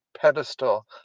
pedestal